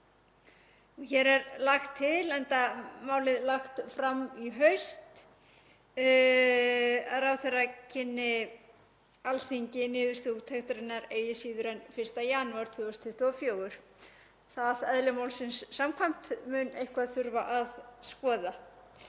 Hér er lagt til, enda málið lagt fram í haust, að ráðherra kynni Alþingi niðurstöður úttektarinnar eigi síðar en 1. janúar 2024. Það mun, eðli málsins samkvæmt, eitthvað þurfa að skoða.